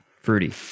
fruity